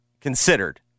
considered